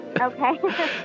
Okay